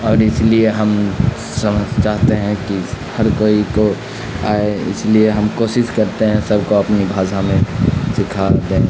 اور اس لیے ہم سمجھ چاہتے ہیں کہ ہر کوئی کو آئے اس لیے ہم کوشش کرتے ہیں سب کو اپنی بھاسا میں سکھا دیں